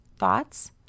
thoughts